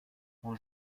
quand